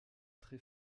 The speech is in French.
très